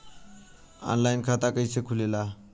Online खाता कइसे खुलेला?